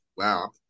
wow